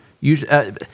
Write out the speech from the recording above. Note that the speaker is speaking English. usually